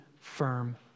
firm